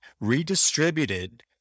redistributed